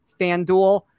FanDuel